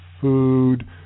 food